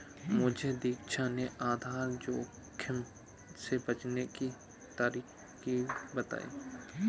मुझे दीक्षा ने आधार जोखिम से बचने की तरकीब बताई है